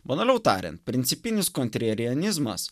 banaliau tariant principinis kontrerienizmas